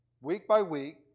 week-by-week